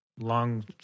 long